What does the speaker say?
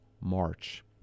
March